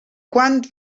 quant